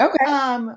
Okay